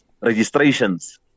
registrations